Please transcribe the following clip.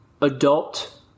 adult